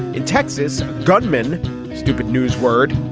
in texas. guttmann stupid newsworld.